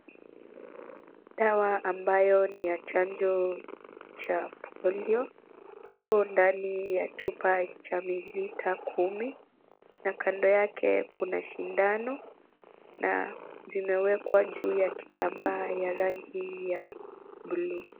Dawa ambayo ni ya chanjo cha polio, iko ndani ya chupa cha mililita kumi na kando yake kuna sindano na zimeekwa juu ya kitambaa ya rangi ya buluu.